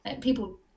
people